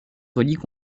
reliques